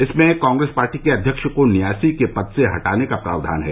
इसमें कांग्रेस पार्टी के अध्यक्ष को न्यासी के पद से हटाने का प्रावधान है